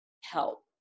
help